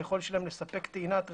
והיכולת שלהם לספק טעינת רכבים,